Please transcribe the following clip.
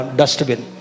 dustbin